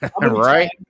Right